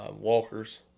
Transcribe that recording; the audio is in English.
walkers